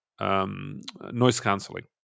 noise-canceling